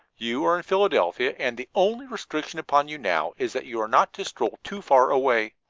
you are in philadelphia, and the only restriction upon you now is that you are not to stroll too far away.